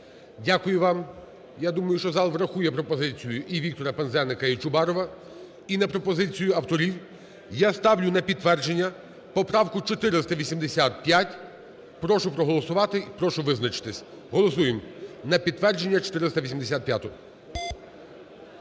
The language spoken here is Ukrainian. Дякую вам. Я думаю, що зал врахує пропозицію і Віктора Пинзеника, іЧубарова. І на пропозицію авторів я ставлю на підтвердження поправку 485. Прошу проголосувати і прошу визначитись. Голосуємо. На підтвердження 485-у.